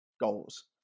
goals